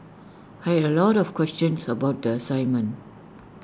I had A lot of questions about the assignment